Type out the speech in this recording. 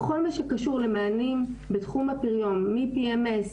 בכל מה שקשור למענים בתחום הפריון - מ-PMS,